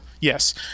yes